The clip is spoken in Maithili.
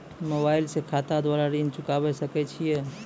मोबाइल से खाता द्वारा ऋण चुकाबै सकय छियै?